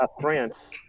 France